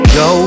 go